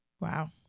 Wow